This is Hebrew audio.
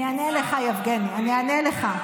יבגני, אני אענה לך.